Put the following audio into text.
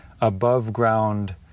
above-ground